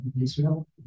Israel